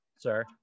Sir